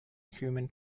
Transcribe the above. human